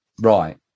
Right